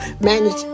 manage